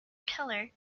pillar